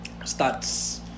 stats